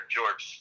George